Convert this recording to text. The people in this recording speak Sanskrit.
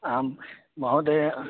आं महोदय